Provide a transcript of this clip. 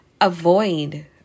avoid